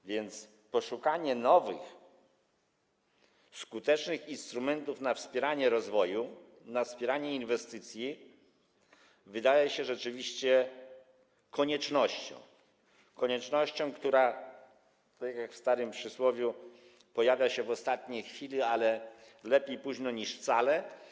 A więc poszukanie nowych, skutecznych instrumentów wspierania rozwoju, wspierania inwestycji wydaje się rzeczywiście koniecznością, koniecznością, która - jak w starym przysłowiu - pojawia się w ostatniej chwili, ale lepiej późno niż wcale.